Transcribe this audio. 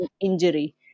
injury